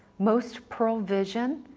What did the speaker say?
most pearle vision,